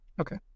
Okay